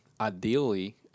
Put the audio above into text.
ideally